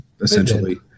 essentially